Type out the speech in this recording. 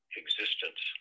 existence